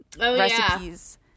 recipes